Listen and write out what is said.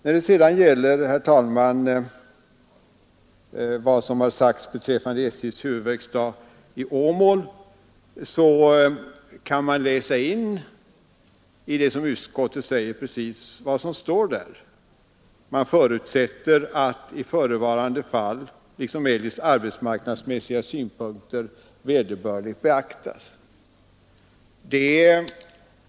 När det sedan gäller SJ:s huvudverkstad i Åmål så kan man läsa in i det som utskottet skrivit precis vad som står där. Utskottet förutsätter att i förevarande fall liksom eljest arbetsmarknadsmässiga synpunkter vederbörligen beaktas.